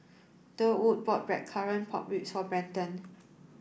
Durwood bought blackcurrant pork ribs for Brenton